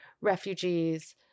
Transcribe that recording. refugees